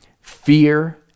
fear